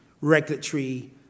regulatory